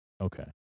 Okay